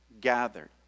gathered